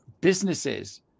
businesses